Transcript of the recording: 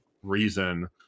reason